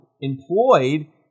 employed